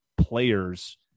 players